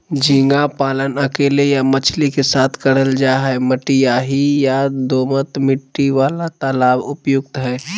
झींगा पालन अकेले या मछली के साथ करल जा हई, मटियाही या दोमट मिट्टी वाला तालाब उपयुक्त हई